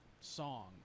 song